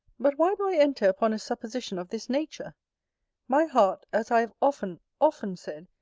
but why do i enter upon a supposition of this nature my heart, as i have often, often said,